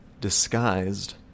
disguised